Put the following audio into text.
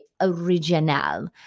original